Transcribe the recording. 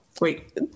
Wait